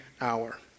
hour